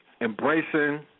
Embracing